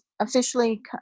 officially